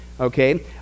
Okay